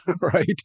right